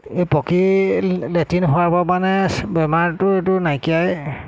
এই পকী লেট্ৰিন হোৱাৰপৰা মানে বেমাৰটো এইটো নাইকিয়াই